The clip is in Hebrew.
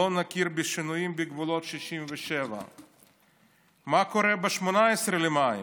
לא נכיר בשינויים בגבולות 67'". מה קורה ב-18 במאי?